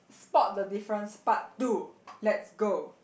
spot the difference part two let's go